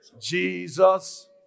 Jesus